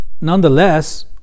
Nonetheless